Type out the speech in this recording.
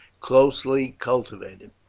closely cultivated.